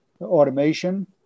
automation